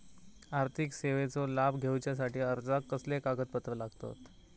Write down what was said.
आर्थिक सेवेचो लाभ घेवच्यासाठी अर्जाक कसले कागदपत्र लागतत?